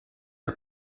are